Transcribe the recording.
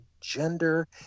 gender